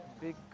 big